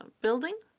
building